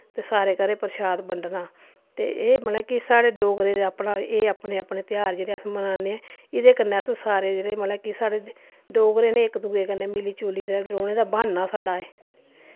ते सारे घरें परशाद बंडना ते एह् मतलब कि साढ़े डोगरे दे अपना एह् अपने अपने तेहार जेह्ड़े अस मनान्ने एह्दे कन्नै अस सारे जेह्ड़े मतलब कि साढ़े डोगरे नै इक दूए कन्नै मिली जुली ते रौह्ने दा ब्हान्ना साढ़ा एह्